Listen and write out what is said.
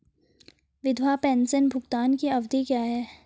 विधवा पेंशन भुगतान की अवधि क्या है?